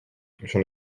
j’en